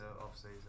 off-season